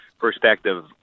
perspective